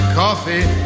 coffee